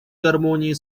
гармонии